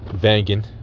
banging